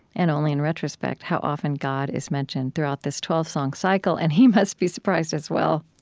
and only in retrospect, how often god is mentioned throughout this twelve song cycle, and he must be surprised as well.